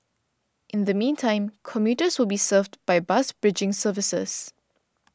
in the meantime commuters will be served by bus bridging services